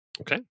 Okay